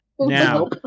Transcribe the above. Now